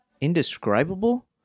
indescribable